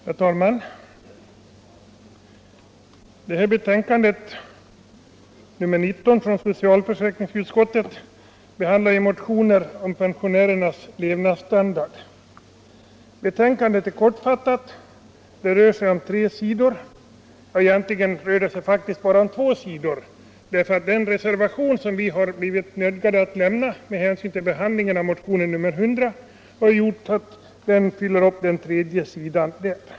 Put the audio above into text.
Herr talman! Betänkandet nr 19 från socialförsäkringsutskottet behandlar motioner om pensionärernas levnadsstandard. Betänkandet är kortfattat. Det är på tre sidor — ja, egentligen bara på två sidor eftersom den reservation vi blivit nödgade att avge med hänsyn till behandlingen av motion nr 100 upptar den tredje sidan.